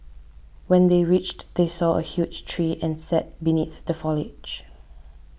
when they reached they saw a huge tree and sat beneath the foliage